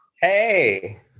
Hey